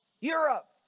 Europe